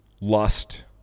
lust